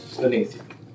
beneath